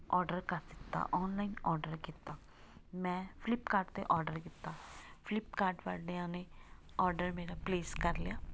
order ਕਰ ਦਿੱਤਾ online order ਕੀਤਾ ਮੈਂ ਫਲਿਪਕਾਰਟ 'ਤੇ ਆਰਡਰ ਕੀਤਾ ਫਲਿਪਕਾਰਟ ਵਾਲਿਆਂ ਨੇ ਆਰਡਰ ਮੇਰਾ ਪਲੇਸ ਕਰ ਲਿਆ